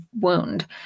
wound